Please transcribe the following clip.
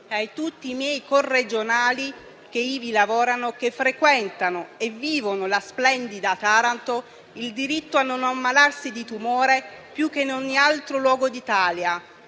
a tutti i miei corregionali che ivi lavorano, che frequentano e vivono la splendida Taranto, il diritto non ammalarsi di tumore più che in ogni altro luogo d'Italia.